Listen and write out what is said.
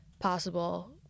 possible